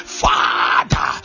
father